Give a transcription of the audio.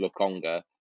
Lukonga